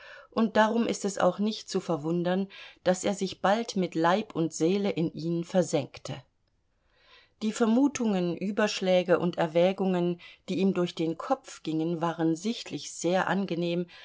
und darum ist es auch nicht zu verwundern daß er sich bald mit leib und seele in ihn versenkte die vermutungen überschläge und erwägungen die ihm durch den kopf gingen waren sichtlich sehr angenehm